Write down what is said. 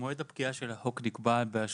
מועד הפקיעה של החוק נקבע ב-30.06.2023,